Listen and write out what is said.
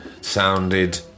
sounded